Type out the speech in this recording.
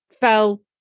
fell